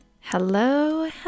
Hello